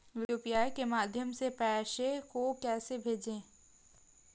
UPI के माध्यम से पैसे को कैसे भेजें?